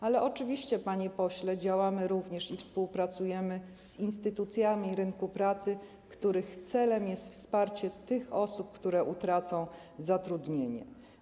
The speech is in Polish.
Ale oczywiście, panie pośle, działamy, współpracujemy z instytucjami rynku pracy, których celem jest wsparcie tych osób, które utracą zatrudnienie.